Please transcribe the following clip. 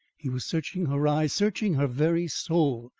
he was searching her eyes, searching her very soul,